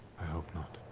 i hope not.